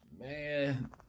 Man